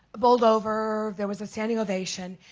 bowled over. there was a standing ovation.